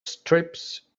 strips